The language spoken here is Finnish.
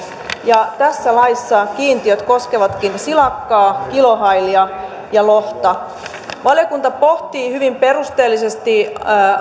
ja tässä laissa kiintiöt koskevatkin silakkaa kilohailia ja lohta valiokunta pohti hyvin perusteellisesti